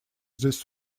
this